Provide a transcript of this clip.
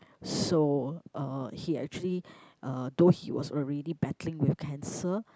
so uh he actually uh though he was already battling with cancer